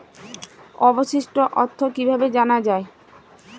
অবশিষ্ট অর্থ কিভাবে জানা হয়?